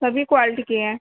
سبھی کوالٹی کی ہیں